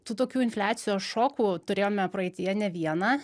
tų tokių infliacijos šokų turėjome praeityje ne vieną